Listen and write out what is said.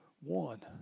one